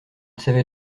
savais